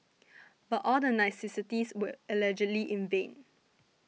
but all the niceties were allegedly in vain